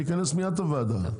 אני אכנס מיד את הוועדה.